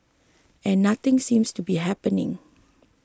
and nothing seems to be happening